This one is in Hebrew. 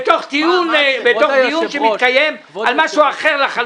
כן, בתוך דיון שמתקיים על משהו אחר לחלוטין?